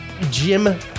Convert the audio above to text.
Jim